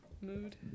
mood